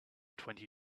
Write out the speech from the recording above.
twenty